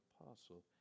apostle